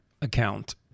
account